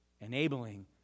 enabling